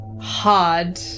hard